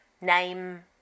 name